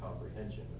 comprehension